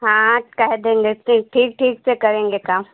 हाँ कह देंगे तिक ठीक ठीक से करेंगे काम